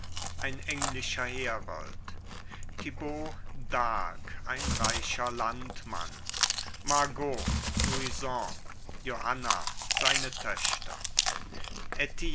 ein englischer herold thibaut d'arc ein reicher landmann margot louison johanna seine töchter